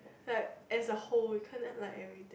like as a whole you can't have like everything